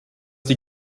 die